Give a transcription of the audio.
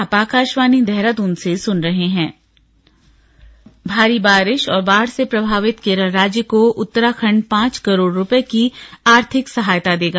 आर्थिक सहायता भारी बारिा और बाढ़ से प्रभावित केरल राज्य को उत्तराखण्ड पांच करोड़ रुपए की आर्थिक सहायता देगा